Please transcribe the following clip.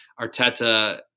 Arteta